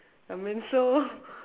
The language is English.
I mean so